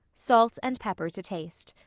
salt and pepper to taste.